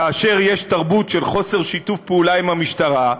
כאשר יש תרבות של חוסר שיתוף פעולה עם המשטרה,